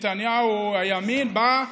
נתניהו או הימין בא,